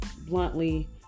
bluntly